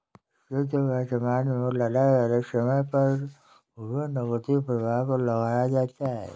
शुध्द वर्तमान मूल्य अलग अलग समय पर हुए नकदी प्रवाह पर लगाया जाता है